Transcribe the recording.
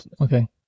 Okay